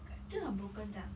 就很 broken 这样